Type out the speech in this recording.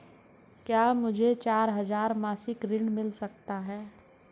क्या मुझे चार हजार मासिक ऋण मिल सकता है?